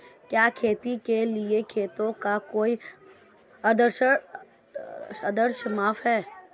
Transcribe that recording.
क्या खेती के लिए खेतों का कोई आदर्श माप है?